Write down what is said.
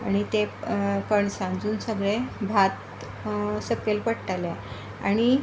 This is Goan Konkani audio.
आनी ते कणसां सून सगळें भात सकयल पडटाले आनी